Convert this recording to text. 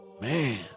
Man